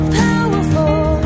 powerful